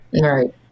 Right